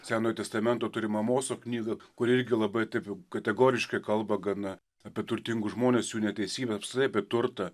senojo testamento turim amoso knygą kuri irgi labai taip jau kategoriškai kalba gana apie turtingus žmones jų neteisybę apskritai apie turtą